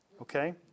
Okay